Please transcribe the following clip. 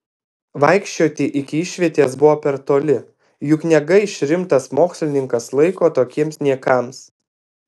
vaikščioti iki išvietės buvo per toli juk negaiš rimtas mokslininkas laiko tokiems niekams